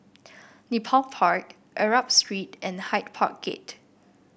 Nepal Park Arab Street and Hyde Park Gate